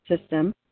system